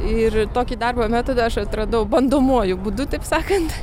ir tokį darbo metodą aš atradau bandomuoju būdu taip sakant